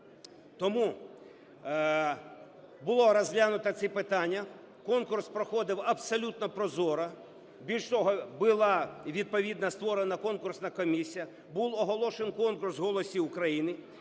Тому було розглянуто ці питання, конкурс проходив абсолютно прозоро. Більш того, була відповідна створена конкурсна комісія, був оголошений конкурс у "Голосі України",